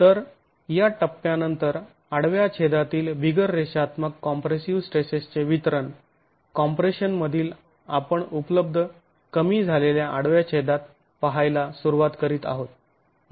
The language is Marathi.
तर या टप्प्यानंतर आडव्या छेदातील बिगर रेषात्मक कॉम्प्रेसिव स्ट्रेसेसचे वितरण कॉम्प्रेशनमधील आपण उपलब्ध कमी झालेल्या आडव्या छेदात पाहायला सुरुवात करीत आहोत